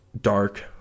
Dark